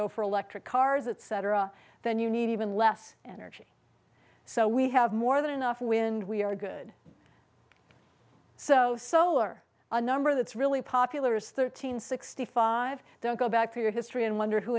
go for electric cars etc then you need even less energy so we have more than enough wind we are good so solar a number that's really popular is thirteen sixty five then go back to your history and wonder who